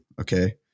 Okay